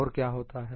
और क्या होता है